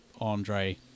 Andre